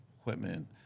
equipment